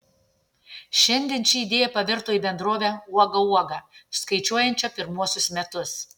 šiandien ši idėja pavirto į bendrovę uoga uoga skaičiuojančią pirmuosius metus